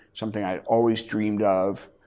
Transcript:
something i always dreamed of.